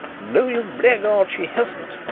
no, you blackguard, she hasn't,